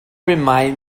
remind